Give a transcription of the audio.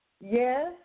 Yes